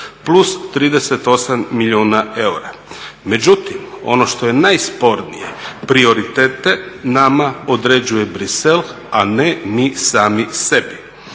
plus 38 milijuna eura. Međutim, ono što je najspornije prioritete nama određuje Bruxelles a ne mi sami sebi.